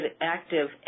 active